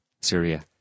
Syria